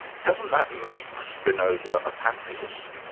doesn't that make spinoza a pantheist?